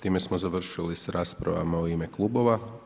Time smo završili s raspravama u ime klubova.